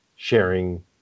Sharing